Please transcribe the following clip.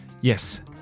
Yes